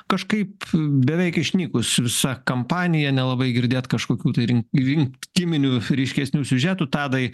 kažkaip beveik išnykus visa kampanija nelabai girdėt kažkokių tai rin rinkiminių ryškesnių siužetų tadai